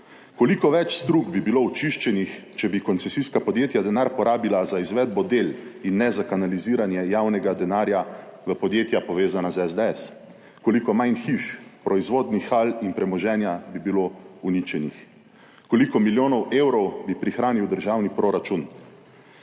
Koliko več strug bi bilo očiščenih, če bi koncesijska podjetja denar porabila za izvedbo del in ne za kanaliziranje javnega denarja v podjetja, povezana z SDS? Koliko manj hiš, proizvodnih hal in premoženja bi bilo uničenih? Koliko milijonov evrov bi prihranil državni proračun?